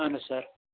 اَہَن حظ سَر